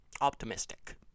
optimistic